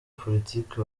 politiki